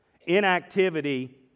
Inactivity